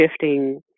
shifting